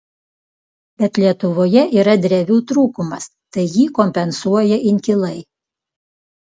bet lietuvoje yra drevių trūkumas tai jį kompensuoja inkilai